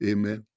Amen